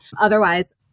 otherwise